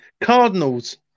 cardinals